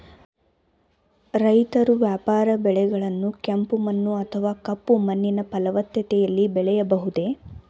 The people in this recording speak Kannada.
ರೈತರು ವ್ಯಾಪಾರ ಬೆಳೆಗಳನ್ನು ಕೆಂಪು ಮಣ್ಣು ಅಥವಾ ಕಪ್ಪು ಮಣ್ಣಿನ ಫಲವತ್ತತೆಯಲ್ಲಿ ಬೆಳೆಯಬಹುದೇ?